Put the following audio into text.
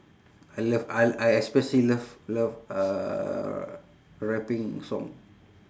I love I I especially love love uh rapping song